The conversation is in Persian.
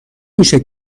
میشه